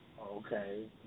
Okay